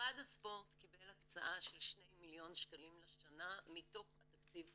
משרד הספורט קיבל הקצאה של שני מיליון שקלים לשנה מתוך התקציב התוספתי.